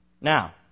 Now